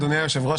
אדוני היושב-ראש,